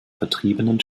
vertriebenen